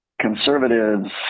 conservatives